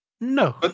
No